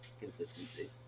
consistency